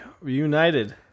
reunited